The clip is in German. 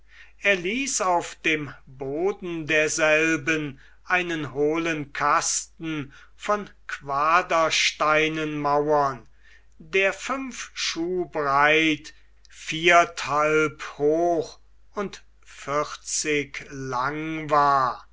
er ließ auf dem boden derselben einen hohlen kasten von quadersteinen mauern der fünf schuh breit vierthalb hoch und vierzig lang war